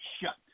shut